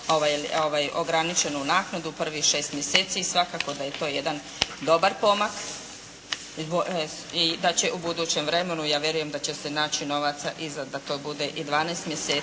ograničenu naknadu u prvih 6 mjeseci i svakako da je to jedan dobar pomak. I da će u budućem vremenu, ja vjerujem da će se naći novaca i za da to bude 12 mjeseci.